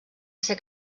ser